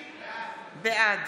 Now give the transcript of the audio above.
בעד